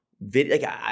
video